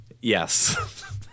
Yes